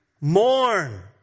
Mourn